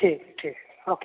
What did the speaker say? ठीक है ठीक ओके